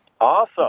Awesome